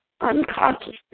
unconsciousness